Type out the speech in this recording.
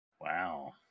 Wow